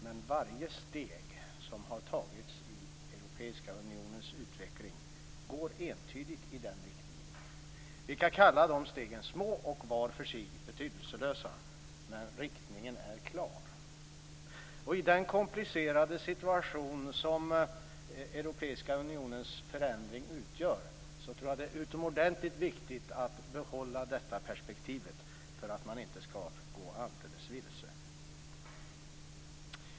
Men varje steg som har tagits i Europeiska unionens utveckling går entydigt i den riktningen. Vi kan kalla de stegen små och var för sig betydelselösa. Men riktningen är klar. I den komplicerade situation som Europeiska unionens förändring utgör tror jag att det är utomordentligt viktigt att behålla detta perspektiv för att man inte skall gå alldeles vilse.